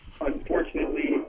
Unfortunately